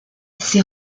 ces